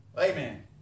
Amen